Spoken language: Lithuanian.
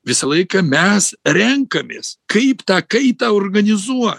visą laiką mes renkamės kaip tą kaitą organizuo